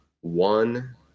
one